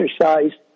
exercise